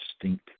distinct